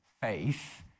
faith